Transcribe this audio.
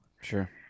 Sure